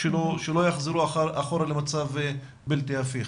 כדי שלא יחזרו אחורה למצב בלתי הפיך.